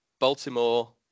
Baltimore